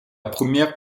première